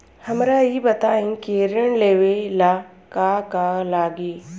हमरा ई बताई की ऋण लेवे ला का का लागी?